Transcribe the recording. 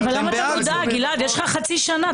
לכן ההתייחסות שלי היתה ממוקדת בסוגיה הזו של העיתוי.